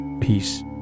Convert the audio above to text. peace